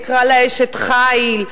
יקרא לה "אשת חיל",